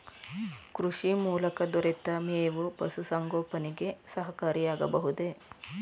ಕೃಷಿ ಮೂಲಕ ದೊರೆತ ಮೇವು ಪಶುಸಂಗೋಪನೆಗೆ ಸಹಕಾರಿಯಾಗಬಹುದೇ?